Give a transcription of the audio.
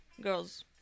Girls